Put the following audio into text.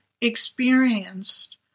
experienced